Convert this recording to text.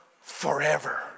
forever